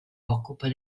occupa